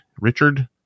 richard